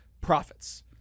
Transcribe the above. profits